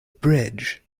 bridge